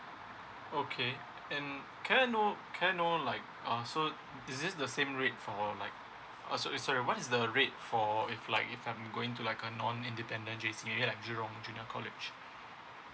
okay and can I know can I know like uh so is it the same rate for like uh so~ sorry what is the rate for if like if I'm going to like a non independent J_C in li ke jurong junior college